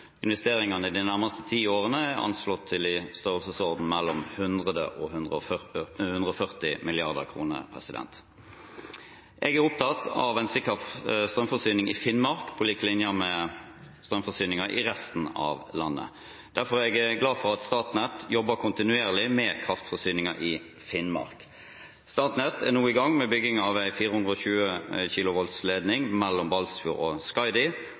Investeringene de nærmeste ti årene er anslått til i størrelsesorden mellom 100 og 140 mrd. kr. Jeg er opptatt av en sikker strømforsyning i Finnmark på lik linje med strømforsyningen i resten av landet. Derfor er jeg glad for at Statnett jobber kontinuerlig med kraftforsyningen i Finnmark. Statnett er nå i gang med bygging av en 420 kV ledning mellom Balsfjord og Skaidi,